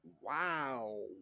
Wow